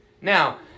Now